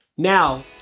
Now